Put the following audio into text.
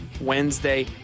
wednesday